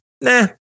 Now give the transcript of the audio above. Nah